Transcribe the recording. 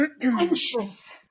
anxious